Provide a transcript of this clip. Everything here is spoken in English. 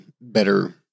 better